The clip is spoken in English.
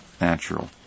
natural